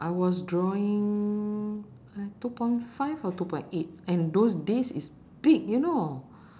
I was drawing uh two point five or two point eight and those days is big you know